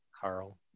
Carl